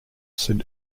ste